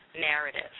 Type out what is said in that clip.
narrative